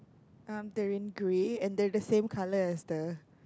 err they're in grey and they're in the same colour as the